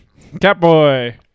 Catboy